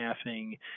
staffing